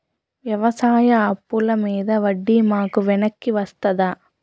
వ్యవసాయ అప్పుల మీద వడ్డీ మాకు వెనక్కి వస్తదా?